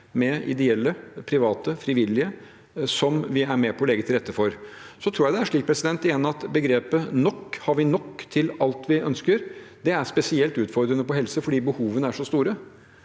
med ideelle, private og frivillige, noe vi er med på å legge til rette for. Jeg tror det er slik at begrepet «nok» – har vi nok til alt vi ønsker? – er spesielt utfordrende på helse fordi behovene er så store.